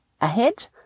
ahead